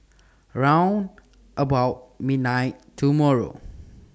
round about midnight tomorrow